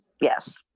yes